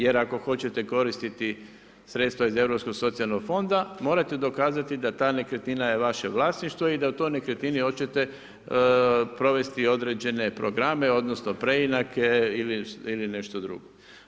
Jer ako hoćete koristiti sredstva iz Europskog socijalnog fonda morate dokazati da ta nekretnina je vaše vlasništvo i da u toj nekretnini hoćete provesti određene programe, odnosno preinake ili nešto drugo.